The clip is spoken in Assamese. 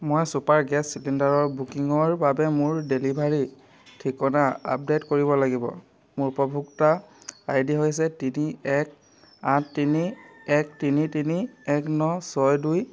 মই ছুপাৰ গেছ চিলিণ্ডাৰৰ বুকিঙৰ বাবে মোৰ ডেলিভাৰী ঠিকনা আপডেট কৰিব লাগিব মোৰ উপভোক্তা আইডি হৈছে তিনি এক আঠ তিনি এক তিনি তিনি এক ন ছয় দুই